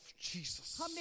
Jesus